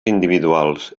individuals